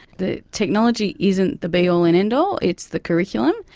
the technology isn't the be all and end all, it's the curriculum,